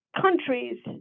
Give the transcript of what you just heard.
countries